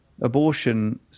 Abortion